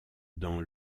dans